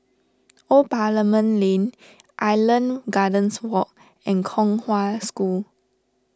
Old Parliament Lane Island Gardens Walk and Kong Hwa School